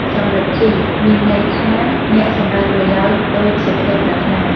សំរិទ្ធី មានន័យថា អ្នកសម្រេចប្រយោជន៍ដូចសេចក្តីប្រាថ្នា។